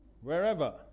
wherever